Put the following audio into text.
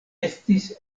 estis